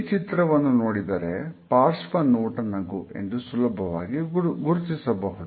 ಈ ಚಿತ್ರವನ್ನು ನೋಡಿದರೆ ಪಾರ್ಶ್ವ ನೋಟ ನಗು ಎಂದು ಸುಲಭವಾಗಿ ಗುರುತಿಸಬಹುದು